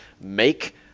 make